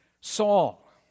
Saul